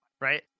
right